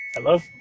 Hello